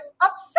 upset